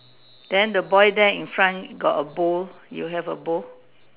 then the boy there in front got a bowl you have a bowl